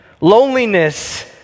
Loneliness